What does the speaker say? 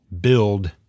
build